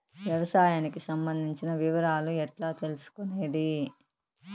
వ్యవసాయానికి సంబంధించిన వివరాలు ఎట్లా తెలుసుకొనేది?